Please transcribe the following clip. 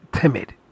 timid